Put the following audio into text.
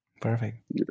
Perfect